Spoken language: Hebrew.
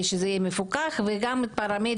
שזה יהיה מפוקח וגם פרמדיקים,